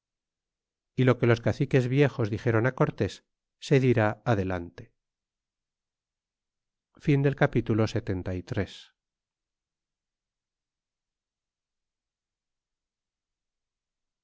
y lo que los caciques viejos dixéron cortés se dirá adelante